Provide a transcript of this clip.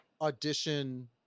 Audition